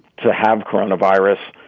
to have coronavirus.